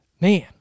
Man